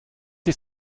ich